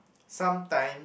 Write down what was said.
sometimes